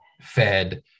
fed